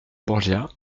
borgia